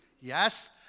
Yes